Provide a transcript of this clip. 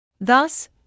Thus